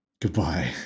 Goodbye